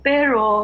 Pero